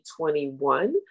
2021